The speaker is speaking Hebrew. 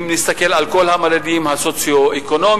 אם נסתכל על כל המדדים הסוציו-אקונומיים,